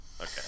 okay